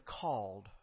called